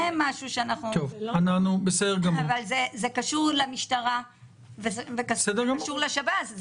--- אבל זה קשור למשטרה וזה קשור לשב"ס.